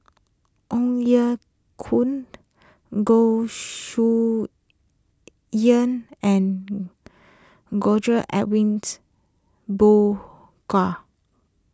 Ong Ye Kung Goh Chiew and George Edwins Bogaars